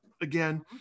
again